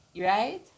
Right